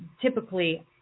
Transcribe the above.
typically